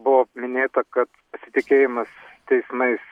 buvo minėta kad pasitikėjimas teismais